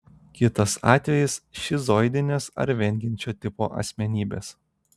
kitas atvejis šizoidinės ar vengiančio tipo asmenybės